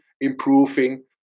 improving